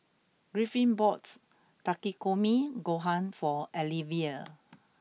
Griffin bought Takikomi Gohan for Alivia